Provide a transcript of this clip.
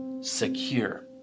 secure